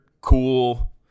cool